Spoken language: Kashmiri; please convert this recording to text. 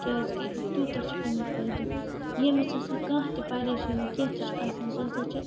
کیٛاز کہِ تیٛوتاہ چھُ اَمیٛک فٲیدٕ ییٚمِس ہسا کانٛہہ تہِ پریشٲنی کیٚنٛہہ تہِ چھُ آسان سُہ ہسا چھُ